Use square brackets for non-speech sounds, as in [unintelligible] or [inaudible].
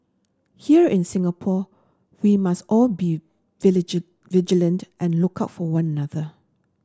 here in Singapore we must all be [unintelligible] vigilant and look out for one another